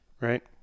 Right